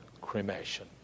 cremation